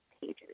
pages